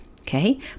okay